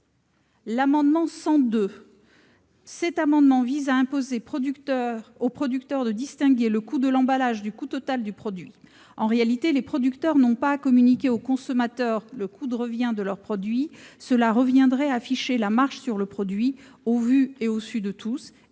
L'amendement n° 102 vise à imposer aux producteurs de distinguer le coût de l'emballage du coût total du produit. En réalité, les producteurs n'ont pas à communiquer aux consommateurs le coût de revient de leurs produits. Cela reviendrait à afficher la marge qu'ils réalisent au vu et au su de tous,